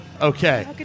Okay